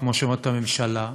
כמו שאומרת הממשלה,